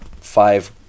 five